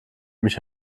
mich